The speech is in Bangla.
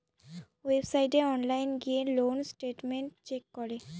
ওয়েবসাইটে অনলাইন গিয়ে লোন স্টেটমেন্ট চেক করে